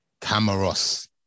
Camaros